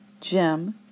Jim